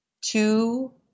two